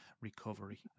recovery